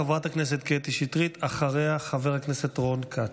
חברת הכנסת קטי שטרית, ואחריה, חבר הכנסת רון כץ.